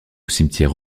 cimetière